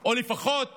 או לפחות